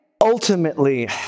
ultimately